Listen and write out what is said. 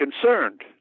concerned